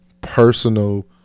personal